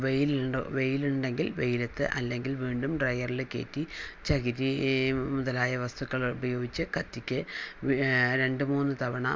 വെയിലുണ്ടോ വെയിലുണ്ടെങ്കിൽ വെയിലത്ത് അല്ലെങ്കിൽ വീണ്ടും ഡ്രൈയറില് കയറ്റി ചകിരി മുതലായ വസ്തുക്കൾ ഉപയോഗിച്ച് കത്തിക്ക് രണ്ടു മൂന്ന് തവണ